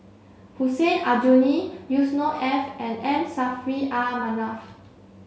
Hussein Aljunied Yusnor Ef and M Saffri A Manaf